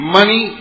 money